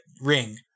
Ring